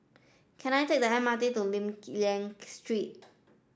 can I take the M R T to Lim Liak Street